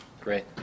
great